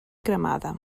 cremada